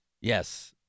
Yes